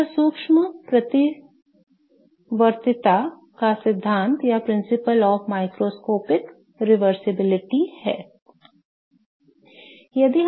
तो यह सूक्ष्म प्रतिवर्तीता का सिद्धांत है